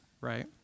right